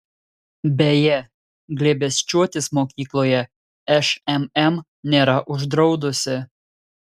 beje glėbesčiuotis mokykloje šmm nėra uždraudusi